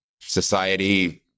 society